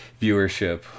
viewership